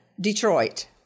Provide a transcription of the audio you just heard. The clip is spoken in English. Detroit